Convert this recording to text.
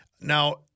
Now